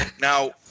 Now